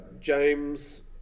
James